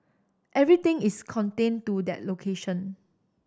everything is contained to that location